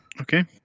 okay